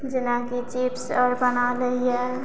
जेनाकि चिप्स आओर बना लैया